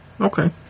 Okay